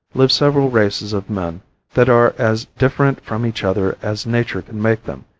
live several races of men that are as different from each other as nature could make them,